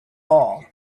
all